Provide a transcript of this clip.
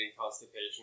constipation